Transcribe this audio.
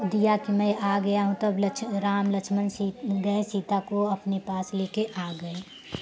दिया की मैं आ गया हूँ तब लक्ष्मण राम लक्ष्मण जी गए सीता को अपनी पास लेकर आ गए